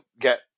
get